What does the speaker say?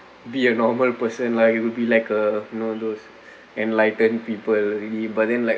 be a normal person lah you will be like a you know those enlightened people already but then like